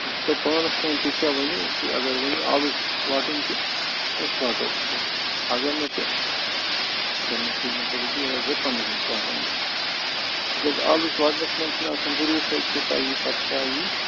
وۅنۍ چھُو تۄہہِ پانَس تانۍ تُہۍ کیٛاہ ؤنِو تُہۍ اَگر ؤنِو آلُژ وَٹُن تہٕ أسۍ وَٹَو اَگر نہٕ تہٕ تیٚلہِ نہٕ کِہیٖنٛۍ تیٚلہِ گوٚو پَنٛدہَنٕے ساسَن منٛز تِکیٛازِ آلُژ وَٹنَس منٛز چھِنہٕ آسان بروسٕے کوٗتاہ یِیہِ پتہٕ کیٛاہ یی